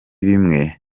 bimwe